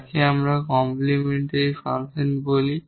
যাকে আমরা complementary function বলি